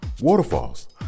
Waterfalls